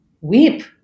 weep